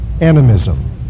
animism